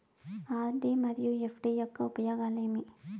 RD మరియు FD యొక్క ఉపయోగాలు ఏమి?